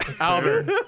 Albert